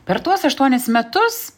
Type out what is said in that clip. per tuos aštuonis metus